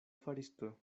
faristo